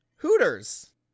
Hooters